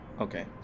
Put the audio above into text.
Okay